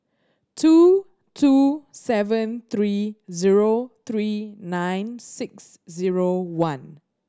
two two seven three zero three nine six zero one